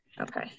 Okay